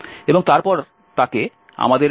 এবং তারপরে তাকে আমাদের এই